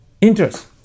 interest